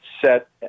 set